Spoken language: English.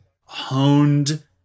honed